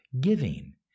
giving